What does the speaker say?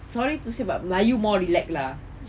sorry to say but melayu more relax lah